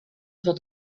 wird